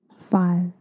five